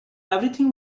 everything